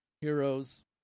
heroes